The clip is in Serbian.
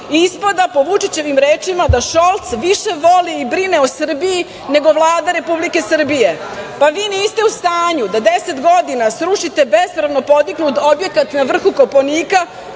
Ispada po Vučićevim rečima da Šolc više voli i brine o Srbiji, nego Vlada Republike Srbije. Pa, vi niste u stanju da deset godina srušite bespravno podignut objekat na vrhu Kopaonika,